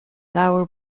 leabhar